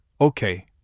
Okay